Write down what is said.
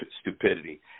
stupidity